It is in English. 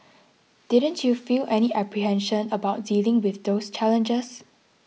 didn't you feel any apprehension about dealing with those challenges